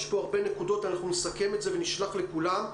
אנחנו נסכם את זה ונשלח לכולם.